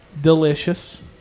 delicious